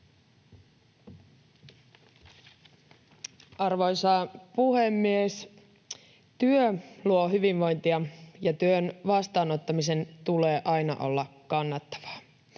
Arvoisa puhemies! Työ luo hyvinvointia ja työn vastaanottamisen tulee aina olla kannattavaa.